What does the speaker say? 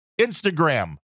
Instagram